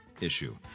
issue